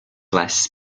less